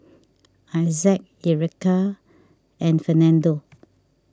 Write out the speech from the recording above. Issac Ericka and Fernando